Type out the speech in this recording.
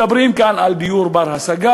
מדברים כאן על דיור בר-השגה,